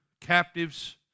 captives